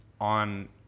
on